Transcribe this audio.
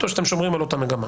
או שאתם שומרים על אותה המגמה?